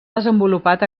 desenvolupat